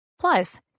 Plus